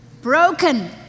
broken